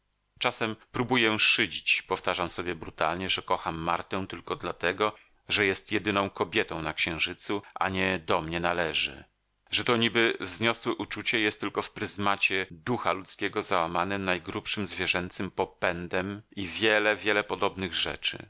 czasem próbuję szydzić powtarzam sobie brutalnie że kocham martę tylko dlatego że jest jedyną kobietą na księżycu a nie do mnie należy że to niby wzniosłe uczucie jest tylko w pryzmacie ducha ludzkiego załamanym najgrubszym zwierzęcym popędem i wiele wiele podobnych rzeczy